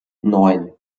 neun